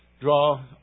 Draw